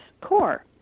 core